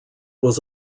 was